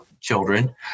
Children